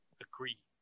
agree